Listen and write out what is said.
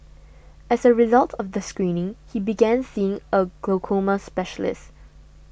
as a result of the screening he began seeing a glaucoma specialist